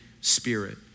Spirit